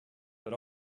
but